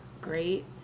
great